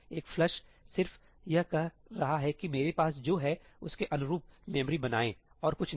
एक फ्लश'flush' सिर्फ यह कह रहा है कि मेरे पास जो है उसके अनुरूप मेमोरी बनाएं और कुछ नहीं